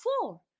four